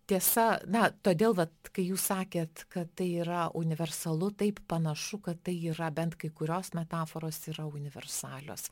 tiesa na todėl vat kai jūs sakėt kad tai yra universalu taip panašu kad tai yra bent kai kurios metaforos yra universalios